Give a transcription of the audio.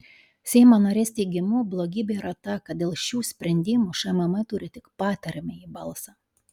seimo narės teigimu blogybė yra ta kad dėl šių sprendimų šmm turi tik patariamąjį balsą